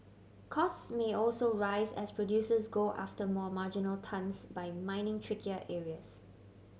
costs may also rise as producers go after more marginal tons by mining trickier areas